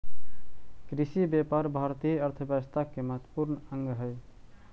कृषिव्यापार भारतीय अर्थव्यवस्था के महत्त्वपूर्ण अंग हइ